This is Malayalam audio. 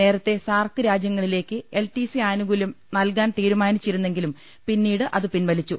നേരത്തെ സാർക്ക് രാജ്യങ്ങളിലേക്ക് എൽടിസി ആനുകൂല്യം നൽകാൻ തീരുമാനിച്ചിരുന്നെങ്കിലും പിന്നീട് അത് പിൻവലിച്ചു